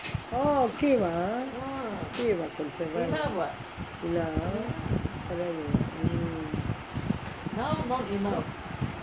oh okay ah okay lah enough பரவாலயே:paravaalayae